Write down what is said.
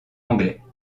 anglais